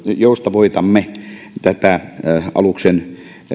joustavoitamme tätä aluksen